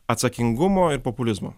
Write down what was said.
atsakingumo ir populizmo